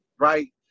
right